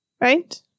Right